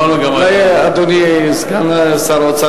אולי אדוני סגן שר האוצר